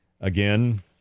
Again